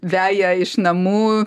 veja iš namų